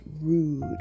rude